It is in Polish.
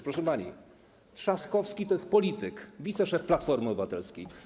Proszę pani, Trzaskowski to jest polityk, wiceszef Platformy Obywatelskiej.